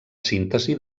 síntesi